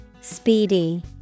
Speedy